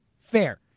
Fair